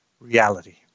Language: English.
reality